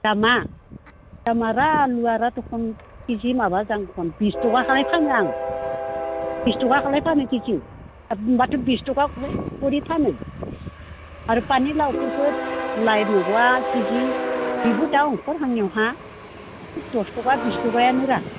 दामा दामारा आलुआरा थखन खिजि माबा जांं बिस थाखा खरि फानो आं बिस थखाखालाय फानो दिसुं माथो बिस थखाखालाय खरि फानो आरो पानि लावफोरखौ लाइ मैगङा खेजि बेबो दा अंखर हांनायावहा दस थाखा बिस थाखायानोरा